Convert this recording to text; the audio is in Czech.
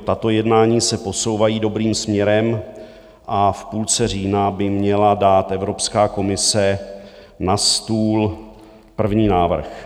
Tato jednání se posouvají dobrým směrem a v půlce října by měla dát Evropská komise na stůl první návrh.